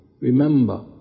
Remember